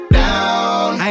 down